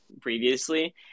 previously